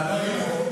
אתה תעלה לפה,